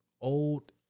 Old